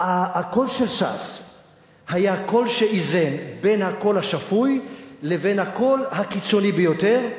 הקול של ש"ס היה הקול שאיזן בין הקול השפוי לבין הקול הקיצוני ביותר.